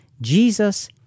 Jesus